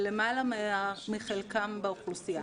למעלה מחלקם באוכלוסייה.